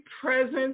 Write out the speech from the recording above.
presence